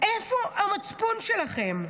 איפה המצפון שלכם?